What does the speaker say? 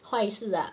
坏事 ah